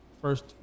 First